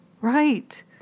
Right